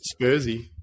Spursy